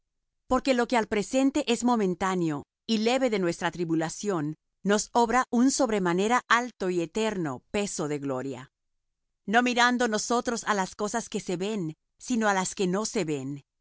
porque lo que al presente es momentáneo y leve de nuestra tribulación nos obra un sobremanera alto y eterno peso de gloria no mirando nosotros á las cosas que se ven sino á las que no se ven